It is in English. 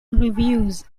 reviews